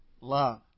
love